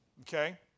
okay